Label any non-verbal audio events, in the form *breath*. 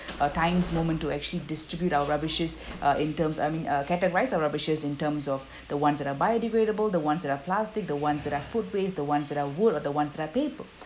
uh times moment to actually distribute our rubbishes uh in terms I mean uh categorise our rubbishes in terms of *breath* the ones that are biodegradable the ones that are plastic the ones that are food waste the ones that are wood the ones that are paper